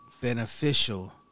beneficial